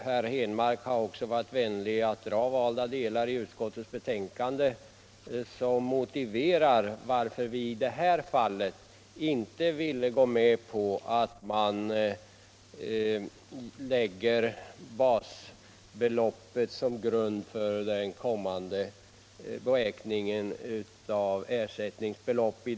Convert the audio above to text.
Herr Henmark har också varit vänlig att dra valda delar av utskottets betänkande som motiverar varför vi i det här fallet inte velat gå med på att man lägger basbeloppet som grund för beräkningen av ersättningsbeloppet.